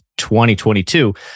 2022